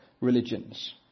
religions